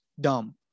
dumb